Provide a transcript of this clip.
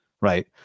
Right